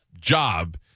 job